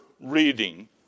reading